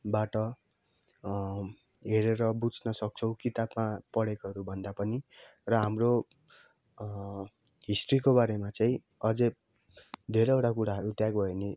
बाट हेरेर बुझ्नसक्छौँ किताबमा पढेकोहरू भन्दा पनि र हाम्रो हिस्ट्रीको बारेमा चाहिँ अझै धेरैवटा कुराहरू त्यहाँ गयौँ भने